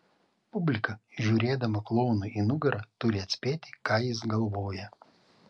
publika žiūrėdama klounui ir į nugarą turi atspėti ką jis galvoja